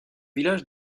village